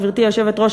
גברתי היושבת-ראש,